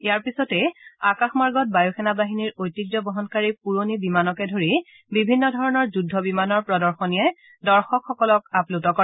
ইয়াৰ পিছতেই আকাশমাৰ্গত বায়ু সেনা বাহিনীৰ ঐতিহ্য বহনকাৰী পুৰণি বিমানকে ধৰি বিভিন্ন ধৰণৰ যুদ্ধ বিমানৰ প্ৰদশনীয়ে দৰ্শকসকলক আপ্লুত কৰে